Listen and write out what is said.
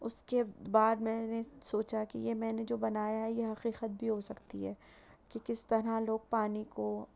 اس کے بعد میں نے سوچا کہ یہ میں نے جو بنایا ہے یہ حقیقت بھی ہو سکتی ہے کہ کس طرح لوگ پانی کو